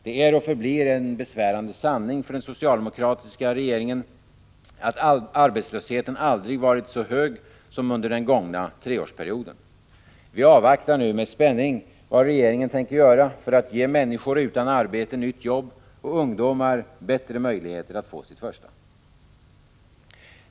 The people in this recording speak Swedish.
Det är och förblir en besvärande sanning för den socialdemokratiska regeringen att arbetslösheten aldrig varit så hög som under den gångna treårsperioden. Vi avvaktar nu med spänning vad regeringen tänker göra för att ge människor utan arbete nytt jobb och ungdomar bättre möjligheter att få sitt första.